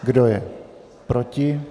Kdo je proti?